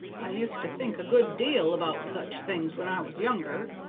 i used to think a good deal about such things when i was younger,